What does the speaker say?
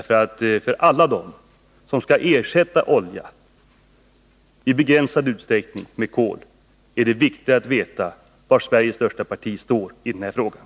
För alla dem som i begränsad utsträckning skall ersätta olja med kol är det nämligen viktigt att veta var Sveriges största parti står i den här frågan.